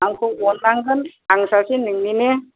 आंखौ अननांगोन आं सासे नोंनिनो